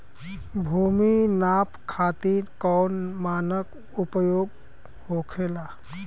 भूमि नाप खातिर कौन मानक उपयोग होखेला?